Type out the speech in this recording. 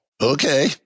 Okay